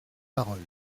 parole